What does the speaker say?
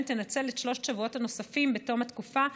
תנצל את שלושת השבועות הנוספים בתום התקופה,